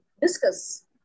Discuss